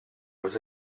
was